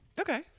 Okay